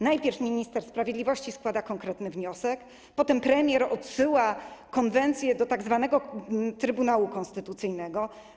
Najpierw minister sprawiedliwości składa konkretny wniosek, potem premier odsyła konwencję do tzw. Trybunału Konstytucyjnego.